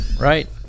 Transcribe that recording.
right